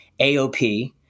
AOP